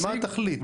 מה התכלית?